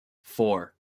four